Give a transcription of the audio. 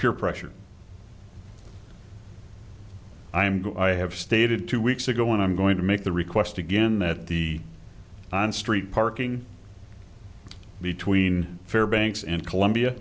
peer pressure i'm good i have stated two weeks ago and i'm going to make the request again that the on street parking between fair banks and columbia